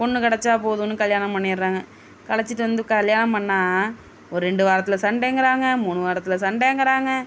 பொண்ணு கெடைச்சா போதும்னு கல்யாணம் பண்ணிடுறாங்க அழைச்சிட்டு வந்து கல்யாணம் பண்ணால் ஒரு ரெண்டு வாரத்தில் சண்டங்கிறாங்க மூணு வாரத்தில் சண்டங்கிறாங்க